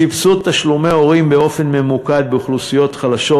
סבסוד תשלומי הורים באופן ממוקד באוכלוסיות חלשות.